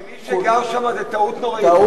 כמי שגר שם, זו טעות נוראית.